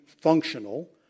functional